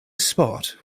spot